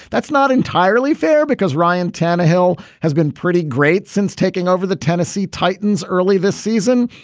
that's not entirely fair because ryan tannehill has been pretty great since taking over the tennessee titans early this season.